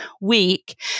week